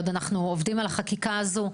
אנחנו עוד עובדים על החקיקה זו.